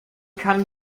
kann